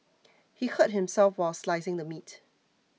he hurt himself while slicing the meat